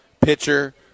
pitcher